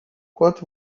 quanto